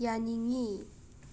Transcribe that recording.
ꯌꯥꯅꯤꯡꯉꯤ